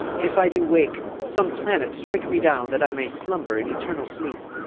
if i do wake, some planet strike me down, that i may slumber an eternal sleep!